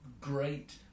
great